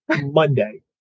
Monday